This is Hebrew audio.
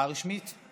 הוא